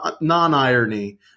non-irony